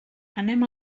anem